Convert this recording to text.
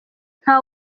nta